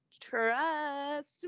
Trust